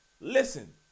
Listen